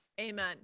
Amen